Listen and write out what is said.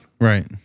Right